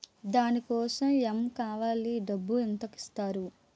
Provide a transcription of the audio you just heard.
దాని కోసం ఎమ్ కావాలి డబ్బు ఎంత ఇస్తారు?